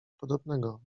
podobnego